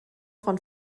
von